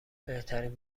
بهترین